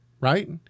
right